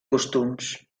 costums